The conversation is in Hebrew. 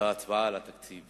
וההצבעה על התקציב